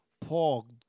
Paul